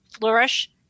flourish